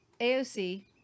AOC